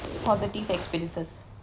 positive experiences